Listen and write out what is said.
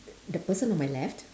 the person on my left